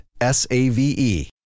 S-A-V-E